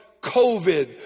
COVID